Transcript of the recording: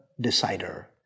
decider